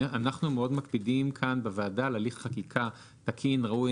אנחנו מאוד מקפידים כאן בוועדה על הליך חקיקה תקין וראוי,